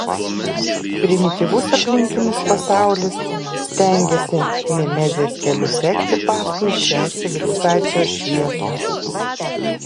primityvus aplinkinis pasaulis stengiasi mimezės keliu sekti paskui šią civilizacijos šviesą